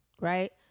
right